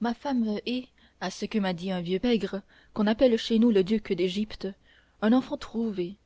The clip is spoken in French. ma femme est à ce que m'a dit un vieux peigre qu'on appelle chez nous le duc d'égypte un enfant trouvé